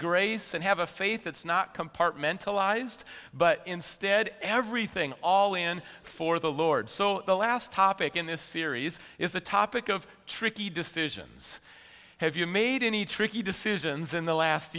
grace and have a faith that's not compartmentalized but instead everything all in for the lord so the last topic in this series is a topic of tricky decisions have you made any tricky decisions in the last